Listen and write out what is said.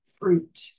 Fruit